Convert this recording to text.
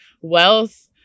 wealth